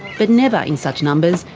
but never in such numbers,